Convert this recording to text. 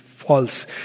false